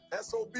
SOB